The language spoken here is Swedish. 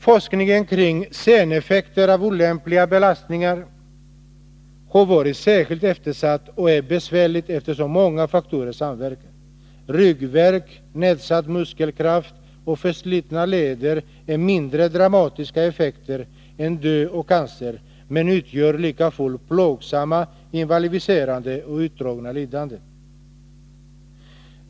Forskningen kring seneffekter av olämpliga belastningar har varit särskilt eftersatt och är besvärlig, eftersom många faktorer samverkar. Ryggvärk, nedsatt muskelkraft och förslitna leder är mindre dramatiska effekter än död och cancer, men utgör lika fullt plågsamma, invalidiserande och utdragna lidanden.